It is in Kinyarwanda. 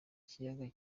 kiyaga